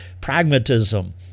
pragmatism